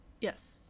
Yes